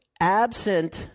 absent